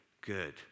good